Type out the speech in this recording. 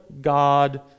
God